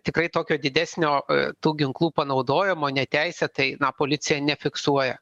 tikrai tokio didesnio tų ginklų panaudojimo neteisėtai na policija nefiksuoja